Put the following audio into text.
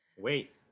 Wait